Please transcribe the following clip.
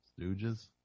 Stooges